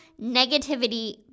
negativity